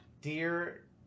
Dear